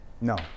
No